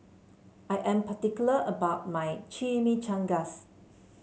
I am particular about my Chimichangas